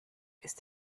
ist